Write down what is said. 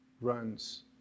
runs